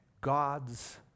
God's